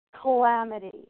calamity